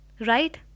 right